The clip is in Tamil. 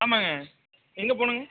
ஆமாங்க எங்கே போகணுங்க